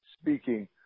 speaking